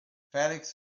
felix